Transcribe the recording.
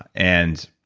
and